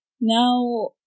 now